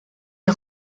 est